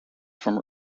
from